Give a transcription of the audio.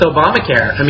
Obamacare